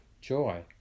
joy